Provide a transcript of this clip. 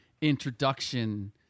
introduction